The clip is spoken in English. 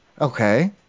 Okay